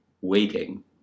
waiting